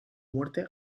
muerte